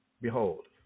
Behold